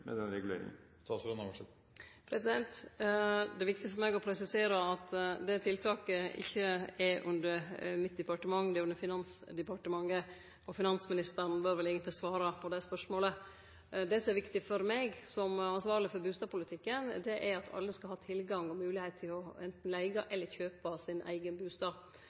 med den reguleringen? Det er viktig for meg å presisere at det tiltaket ikkje er under mitt departement, det er under Finansdepartementet, og finansministeren bør vel eigentleg svare på det spørsmålet. Det som er viktig for meg, som ansvarleg for bustadpolitikken, er at alle skal ha tilgang og moglegheit til enten å leige eller kjøpe sin eigen bustad.